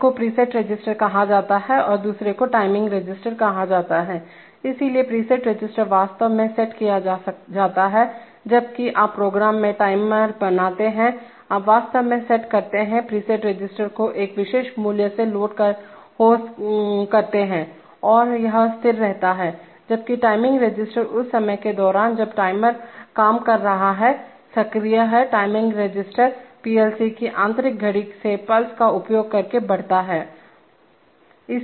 एक को preset register कहा जाता है और दूसरे को टाइमिंग रजिस्टर कहा जाता है इसलिए प्रीसेट रजिस्टर वास्तव में सेट किया जाता है जब भी आप प्रोग्राम में टाइमर बनाते हैं आप वास्तव में सेट करते हैं प्रीसेट रजिस्टर को एक विशेष मूल्य से लोड हो करते है और यह स्थिर रहता है जबकि टाइमिंग रजिस्टर उस समय के दौरान जब टाइमर काम कर रहा है सक्रिय है टाइमिंग रजिस्टर पीएलसी की आंतरिक घड़ी से पल्स का उपयोग करके बढ़ता जाता है